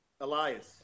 Elias